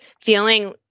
feeling